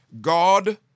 God